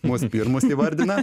mus pirmus įvardina